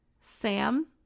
Sam